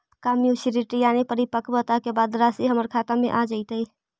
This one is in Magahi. का मैच्यूरिटी यानी परिपक्वता के बाद रासि हमर खाता में आ जइतई?